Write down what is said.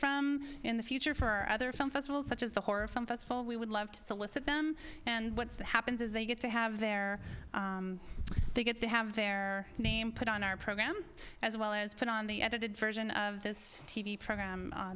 from in the future for other film festivals such as the horror film festival we would love to solicit them and what happens is they get to have their they get to have their name put on our program as well as put on the edited version of this t v program